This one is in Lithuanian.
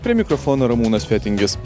prie mikrofono ramūnas fetingis